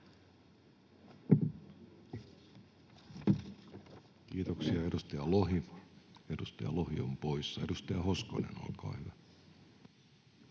Kiitoksia. — Edustaja Lohi on poissa. — Edustaja Hoskonen, olkaa hyvä.